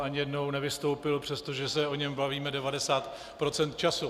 Ani jednou nevystoupil, přestože se o něm bavíme 90 procent času.